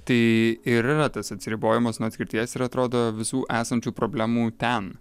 tai ir yra tas atsiribojimas nuo atskirties ir atrodo visų esančių problemų ten